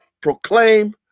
proclaim